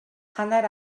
hanner